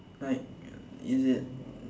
like is it